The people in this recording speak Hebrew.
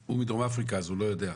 הוא מדרום אפריקה, אז הוא לא יודע.